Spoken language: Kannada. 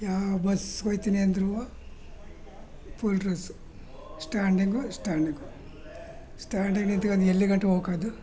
ಯಾವ ಬಸ್ಸ್ಗೆ ಹೋಗ್ತೀನಿ ಅಂದರೂ full rush standing standing standing ನಿಂತ್ಕೊಂಡು ಎಲ್ಲಿಗಂಟ ಹೋಗೋಕ್ಕಾಯ್ದು